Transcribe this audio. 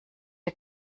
der